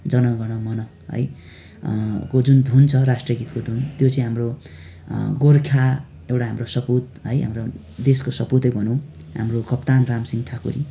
जन गण मन है को जो धुन छ राष्ट्रिय गीतको धुन त्यो चाहिँ हाम्रो गोर्खा एउटा हाम्रो सपुत है हाम्रो देशको सपुतै भनौँ हाम्रो कप्तान रामसिँह ठकुरी